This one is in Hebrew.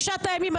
אבל זה תשעת הימים,